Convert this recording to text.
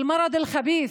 אל-מרד' אל-ח'בית'